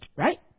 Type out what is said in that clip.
Right